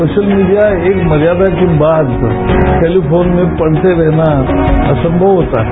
social media एक मर्यादा के बाद टेलिफोन में पढ़ते रहना असंगव होता है